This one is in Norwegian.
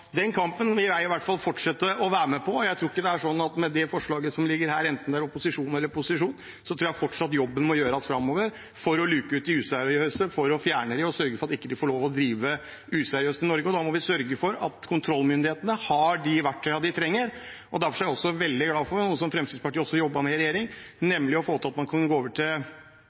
på. Med de forslagene som ligger her, enten det er opposisjon eller posisjon, tror jeg fortsatt jobben må gjøres framover for å luke ut de useriøse, fjerne dem og sørge for at de ikke får lov til å drive useriøst i Norge. Da må vi sørge for at kontrollmyndighetene har de verktøyene de trenger. Derfor er jeg veldig glad for, noe Fremskrittspartiet også jobbet med i regjering, at man får til å gå over til gebyrer istedenfor bøter, fordi det vil gjøre det mye enklere, og man